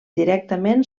directament